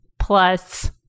Plus